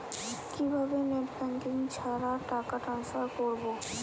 কিভাবে net banking ছাড়া টাকা টান্সফার করব?